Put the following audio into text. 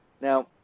Now